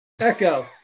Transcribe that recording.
Echo